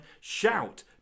Shout